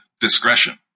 discretion